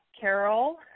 Carol